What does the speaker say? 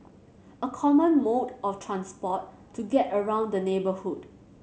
a common mode of transport to get around the neighbourhood